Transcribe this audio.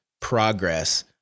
progress